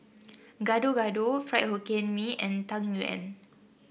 Gado Gado Fried Hokkien Mee and Tang Yuen